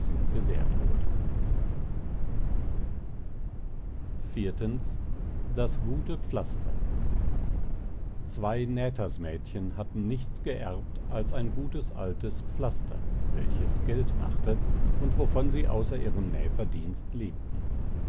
gewährt wurde d das gute pflaster zwei näthersmädchen hatten nichts geerbt als ein gutes altes pflaster welches geld machte und wovon sie außer ihrem nähverdienst lebten